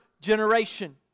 generation